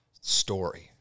story